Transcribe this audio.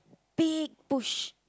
big bush